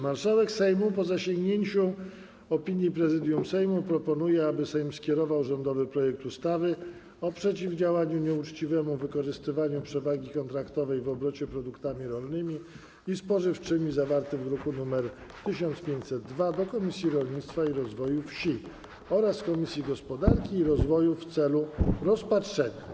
Marszałek Sejmu, po zasięgnięciu opinii Prezydium Sejmu, proponuje, aby Sejm skierował rządowy projekt ustawy o przeciwdziałaniu nieuczciwemu wykorzystywaniu przewagi kontraktowej w obrocie produktami rolnymi i spożywczymi, zawarty w druku nr 1502, do Komisji Rolnictwa i Rozwoju Wsi oraz Komisji Gospodarki i Rozwoju w celu rozpatrzenia.